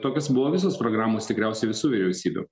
tokios buvo visos programos tikriausiai visų vyriausybių